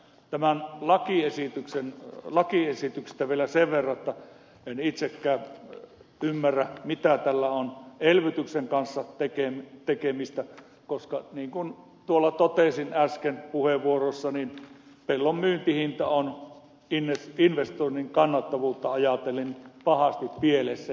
mutta tästä lakiesityksestä vielä sen verran että en itsekään ymmärrä mitä tällä on elvytyksen kanssa tekemistä koska niin kuin tuolla totesin äsken puheenvuorossani pellon myyntihinta on investoinnin kannattavuutta ajatellen pahasti pielessä